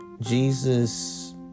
Jesus